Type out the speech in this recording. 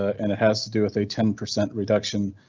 and it has to do with a ten percent reduction,